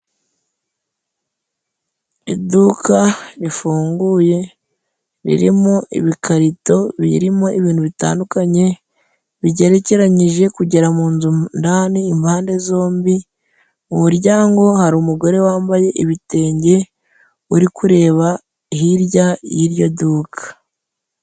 Iduka rifunguye riri mo ibikarito biri mo ibintu bitandukanye bigerekeranije kugera mu inzu ndani impande zombi. Mu umuryango hari umugore wambaye ibitenge uri kureba hirya y'iryo duka.